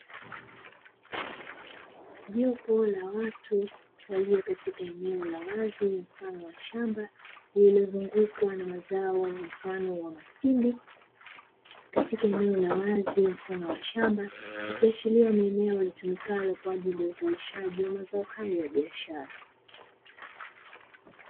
Jopo la watu waliopo katika eneo la wazi mfano wa shamba lililozungukwa na mazao mfano wa maindi katika eneo la wazi mfano wa shamba, ikiashiria ni eneo litumikalo kwa ajili ya uzalishaji wa mazao hayo ya biashara.